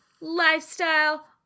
lifestyle